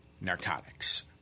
narcotics